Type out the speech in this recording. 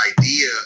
idea